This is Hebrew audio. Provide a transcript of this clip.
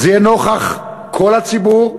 זה יהיה נוכח כל הציבור.